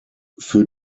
für